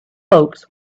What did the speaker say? folks